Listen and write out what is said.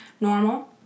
Normal